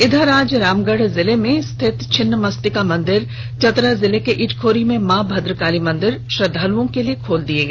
इधर आज रामगढ़ जिले में स्थित छिन्नमस्तिका मंदिर चतरा जिले के इटखोरी में मां भद्रकाली मंदिर श्रद्वालुओं के लिए खोल दिया गया